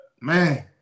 man